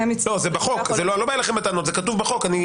אני לא בא אליכם בטענות, זה כתוב בחוק.